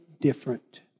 different